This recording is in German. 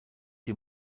die